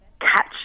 catch